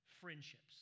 friendships